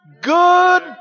good